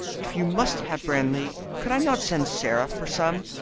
if you must have brandy could i not send sarah for some?